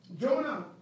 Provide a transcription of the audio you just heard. Jonah